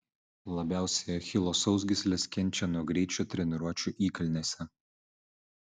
labiausiai achilo sausgyslės kenčia nuo greičio treniruočių įkalnėse